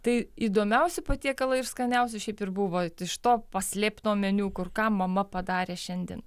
tai įdomiausi patiekalai ir skaniausi šiaip ir buvo iš to paslėpto meniu kur ką mama padarė šiandien